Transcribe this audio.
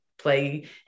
play